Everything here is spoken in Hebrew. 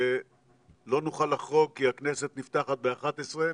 לא נוכל לחרוג כי הכנסת נפתחת ב-11:00.